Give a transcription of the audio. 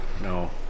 No